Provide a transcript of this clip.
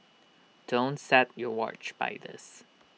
don't set your watch by this